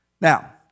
Now